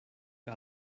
que